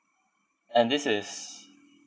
and this is